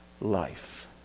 life